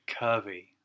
curvy